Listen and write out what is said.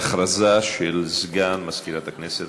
הודעה של סגן מזכירת הכנסת.